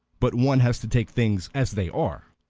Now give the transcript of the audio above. but one has to take things as they are.